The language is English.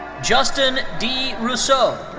justin d. russo.